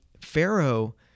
Pharaoh